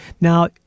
now